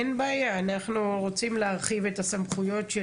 אין בעיה, אנחנו רוצים להרחיב את הסמכויות.